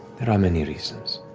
there are many reasons.